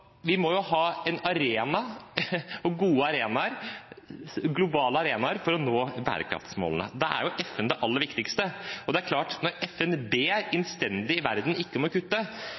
vi må ha gode, globale arenaer for å nå bærekraftsmålene. Da er jo FN den aller viktigste, og når FN ber verden innstendig om ikke å kutte,